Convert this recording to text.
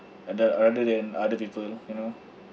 uh that rather than other people you know